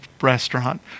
restaurant